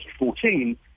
2014